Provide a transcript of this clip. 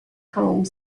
home